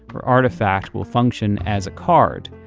or artifact will function as a card.